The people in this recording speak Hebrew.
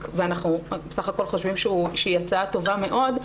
ואנחנו בסך הכול חושבים שהיא הצעה טובה מאוד.